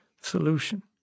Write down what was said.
solution